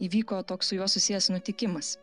įvyko toks su juo susijęs nutikimas